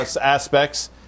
aspects